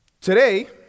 Today